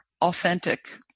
authentic